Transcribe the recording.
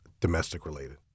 domestic-related